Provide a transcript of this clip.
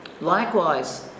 Likewise